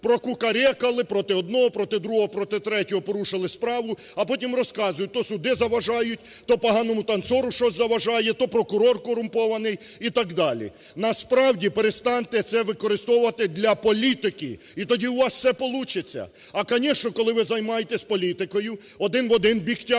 Прокукурікали про одного, проти другого проти третього порушили справу, а потім розказують: то суди заважають, то поганому танцору щось заважає, то прокурор корумпований і так далі. Насправді, перестаньте це використовувати для політики і тоді у вас все получиться. А, конечно, коли ви займаєтесь політикою, один в один бік